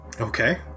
okay